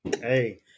Hey